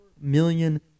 million